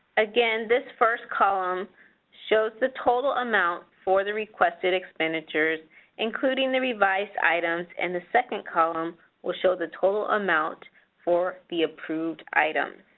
again this first column show the total amount for the requested expenditures including the revised items and the second column will show the total amount for the approved items.